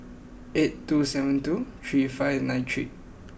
eight two seven two three five nine three